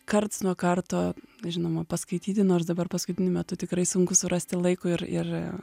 karts nuo karto žinoma paskaityti nors dabar paskutiniu metu tikrai sunku surasti laiko ir ir